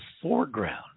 foreground